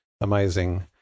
amazing